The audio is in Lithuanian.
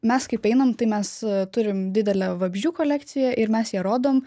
mes kaip einam tai mes turim didelę vabzdžių kolekciją ir mes ją rodom